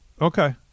Okay